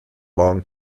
long